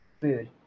food